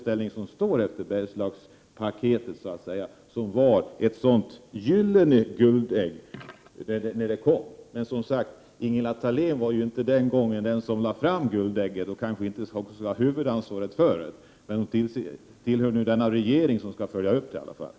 Det är ju vad som gäller efter detta med Bergslagspaketet, som från början var ett sådant guldägg. Men, Ingela Thalén var ju inte den som presenterade det guldägget. Därför har hon kanske inte huvudansvaret i detta sammanhang. Men hon tillhör ändå den regering som skall göra en uppföljning.